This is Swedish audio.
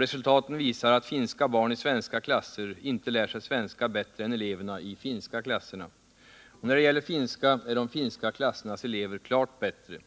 Resultaten visar att finska barn i svenska klasser inte lär sig svenska bättre än eleverna i de finska klasserna. Och när det gäller finska är de finska klassernas elever klart bättre.